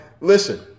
listen